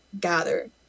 gather